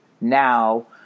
now